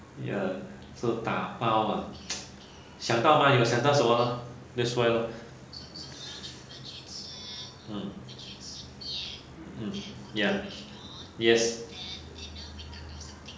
ya so tapao ah 想到吗有想到什么吗 that's why lor